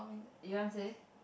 you want say